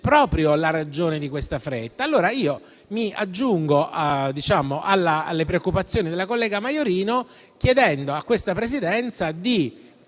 la ragione della fretta. Mi aggiungo quindi alle preoccupazioni della collega Maiorino, chiedendo a questa Presidenza di